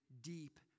deep